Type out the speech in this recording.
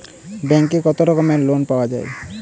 ব্যাঙ্কে কত রকমের লোন পাওয়া য়ায়?